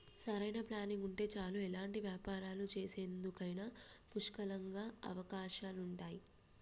సరైన ప్లానింగ్ ఉంటే చాలు ఎలాంటి వ్యాపారాలు చేసేందుకైనా పుష్కలంగా అవకాశాలుంటయ్యి